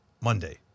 Monday